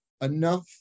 enough